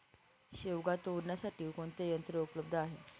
शेवगा तोडण्यासाठी कोणते यंत्र उपलब्ध आहे?